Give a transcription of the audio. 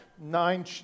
nine